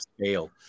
scale